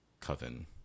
coven